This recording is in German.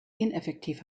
ineffektiv